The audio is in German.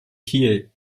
kiel